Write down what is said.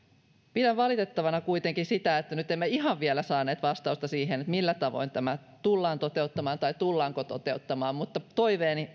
pidän valitettavana kuitenkin sitä että nyt emme ihan vielä saaneet vastausta siihen millä tavoin tämä tullaan toteuttamaan tai tullaanko tätä toteuttamaan mutta toiveeni